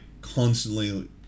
constantly